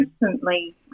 recently